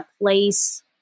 place